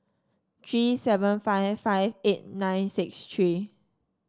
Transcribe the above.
three seven five five eight nine six three